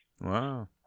Wow